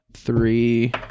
three